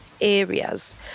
areas